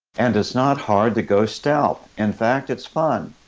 and it's not hard to go stealth. in fact, it's fun.